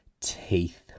teeth